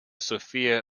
sophia